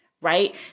right